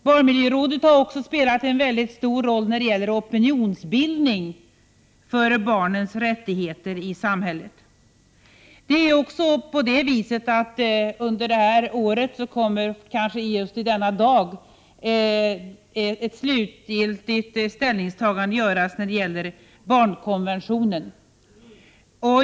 Barnmiljörådet har också spelat en mycket stor roll när det gällt opinionsbildning för barnens rättigheter i samhället. Under det här året, kanske just i dagarna, kommer också ett slutgiltigt ställningstagande att göras när det gäller barnkonventionen.